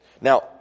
Now